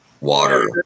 water